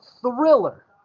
thriller